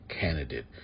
candidate